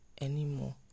anymore